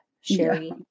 Sherry